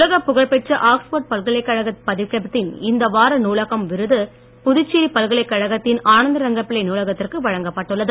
உலகப் புகழ்பெற்ற ஆக்ஸ்போர்ட் பல்கலைக் கழகப் பதிப்பகத்தின் இந்த வார நூலகம் விருது புதுச்சேரி பல்கலைக் கழகத்தின் ஆனந்தரங்கப்பிள்ளை நூலகத்திற்கு வழங்கப்பட்டுள்ளது